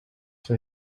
for